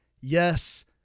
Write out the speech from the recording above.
Yes